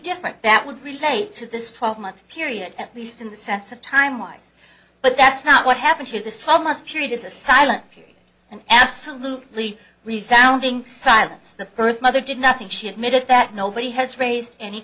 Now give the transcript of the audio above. different that would relate to this twelve month period at least in the sense of time wise but that's not what happened here this trauma period is a silent and absolutely resounding silence the birthmother did nothing she admitted that nobody has raised any